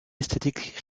esthétique